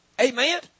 Amen